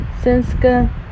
Sinska